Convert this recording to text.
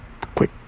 quick